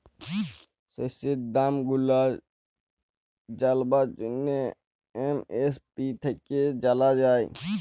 শস্যের দাম গুলা জালবার জ্যনহে এম.এস.পি থ্যাইকে জালা যায়